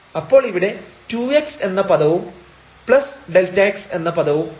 അപ്പോൾ ഇവിടെ 2x എന്ന പദവും Δx എന്ന പദവും ഉണ്ട്